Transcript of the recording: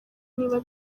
niba